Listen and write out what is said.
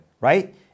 right